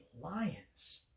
Lions